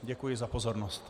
Děkuji za pozornost.